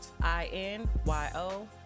I-N-Y-O